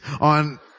on